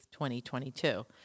2022